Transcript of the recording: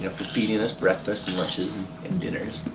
ah for feeding us breakfast and lunches and dinners.